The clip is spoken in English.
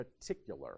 particular